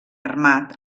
armat